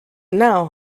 now